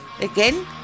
Again